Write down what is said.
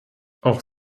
auch